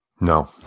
No